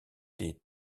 des